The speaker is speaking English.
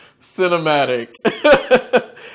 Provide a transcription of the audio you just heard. cinematic